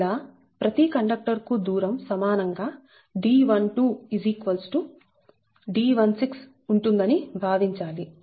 ఇలా ప్రతి కండక్టర్ కు దూరం సమానంగా D12 D16 ఉంటుందని భావించాలి